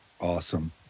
Awesome